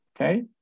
okay